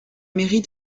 mairie